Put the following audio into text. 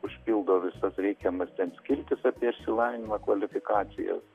užpildo visas reikiamas skiltis apie išsilavinimą kvalifikacijas